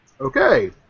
Okay